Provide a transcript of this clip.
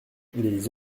les